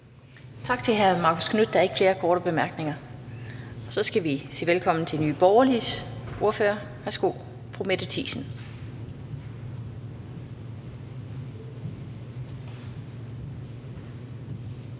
Tak til Enhedslistens ordfører. Der er ikke nogen korte bemærkninger. Så skal jeg sige velkommen til Nye Borgerliges ordfører. Værsgo til fru Mette Thiesen.